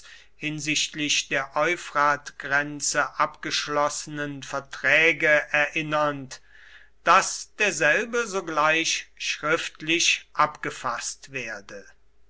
hinsichtlich der euphratgrenze abgeschlossenen verträge erinnernd daß derselbe sogleich schriftlich abgefaßt werde